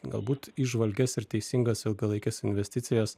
galbūt įžvalgias ir teisingas ilgalaikes investicijas